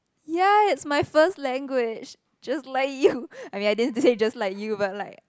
ya it's my first language just like you I mean I didn't say just like you but like